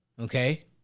Okay